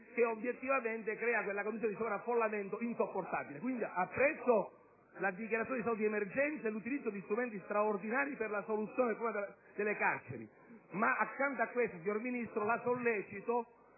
che obiettivamente crea una condizione di sovraffollamento insopportabile. Apprezzo la dichiarazione dello stato di emergenza e l'utilizzo di strumenti straordinari per la soluzione del problema delle carceri; ma accanto a questo, signor Ministro, la sollecito